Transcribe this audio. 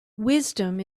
wisdom